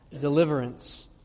deliverance